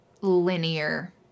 linear